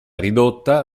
ridotta